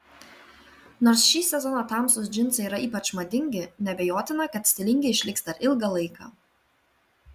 nors šį sezoną tamsūs džinsai yra ypač madingi neabejotina kad stilingi išliks dar ilgą laiką